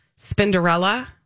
spinderella